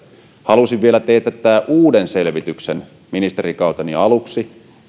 halusin vielä teetättää uuden selvityksen ministerikauteni aluksi